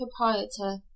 proprietor